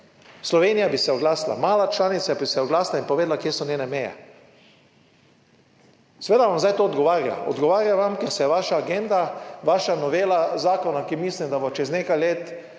Slovenija bi se oglasila, mala članica bi se oglasila in povedala, kje so njene meje. Seveda vam zdaj to odgovarja, odgovarja vam, ker se je vaša agenda, vaša novela zakona, ki mislim, da bo čez nekaj let